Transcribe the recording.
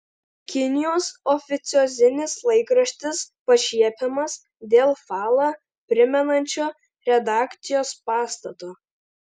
kinijos oficiozinis laikraštis pašiepiamas dėl falą primenančio redakcijos pastato